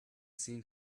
seen